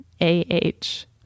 A-H